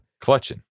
Clutching